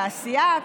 תעשייה,